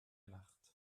nacht